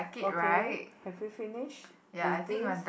okay have you finished with this